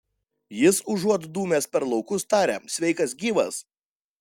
jis užuot dūmęs per laukus taria sveikas gyvas